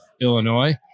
Illinois